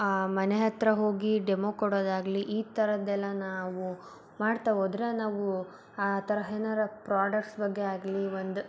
ಮನೆ ಹತ್ತಿರ ಹೋಗಿ ಡೆಮೋ ಕೊಡೋದಾಗಲಿ ಈ ಥರದ್ದೆಲ್ಲ ನಾವು ಮಾಡ್ತಾ ಹೋದ್ರೆ ನಾವು ಆ ಥರ ಏನಾರ ಪ್ರಾಡಕ್ಟ್ಸ್ ಬಗ್ಗೆ ಆಗಲಿ ಒಂದು